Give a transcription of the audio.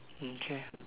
okay